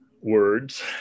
words